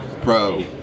pro